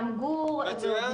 איתנו.